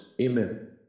Amen